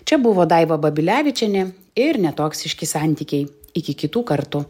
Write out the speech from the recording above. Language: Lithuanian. čia buvo daiva babilevičienė ir netoksiški santykiai iki kitų kartų